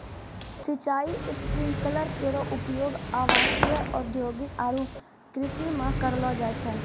सिंचाई स्प्रिंकलर केरो उपयोग आवासीय, औद्योगिक आरु कृषि म करलो जाय छै